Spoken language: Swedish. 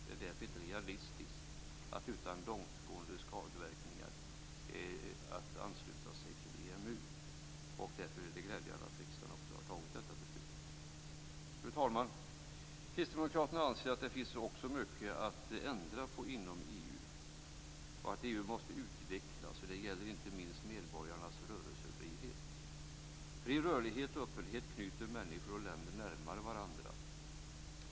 Det är därför inte realistiskt att utan långtgående skadeverkningar ansluta Sverige till EMU. Det är därför glädjande att riksdagen har fattat beslutet att Sverige inte skall gå med. Fru talman! Kristdemokraterna anser att det finns mycket inom EU som måste förändras och utvecklas, inte minst medborgarnas rörelsefrihet. Fri rörlighet och öppenhet knyter människor och länder närmare varandra.